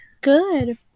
Good